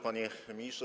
Panie Ministrze!